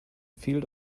field